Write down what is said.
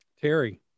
Terry